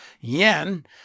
yen